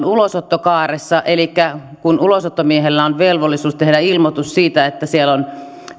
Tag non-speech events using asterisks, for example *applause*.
*unintelligible* ulosottokaaressa elikkä kun ulosottomiehellä on velvollisuus tehdä ilmoitus maistraattiin siitä että on